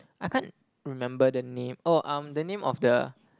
I can't remember the name oh um the name of the